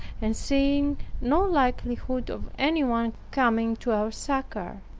and seeing no likelihood of anyone coming to our succor.